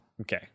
okay